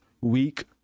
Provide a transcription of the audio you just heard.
week